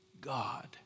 God